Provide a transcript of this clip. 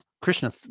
krishna